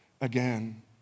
again